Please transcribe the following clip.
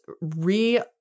re